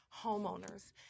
homeowners